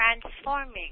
transforming